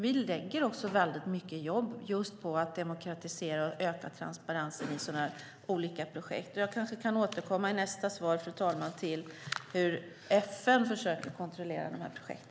Vi lägger mycket jobb på att demokratisera och öka transparensen i dessa projekt. Jag återkommer i nästa inlägg till hur FN försöker kontrollera dessa projekt.